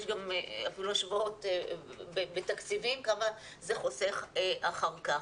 יש גם השוואות בתקציבים כמה זה חוסך אחר כך.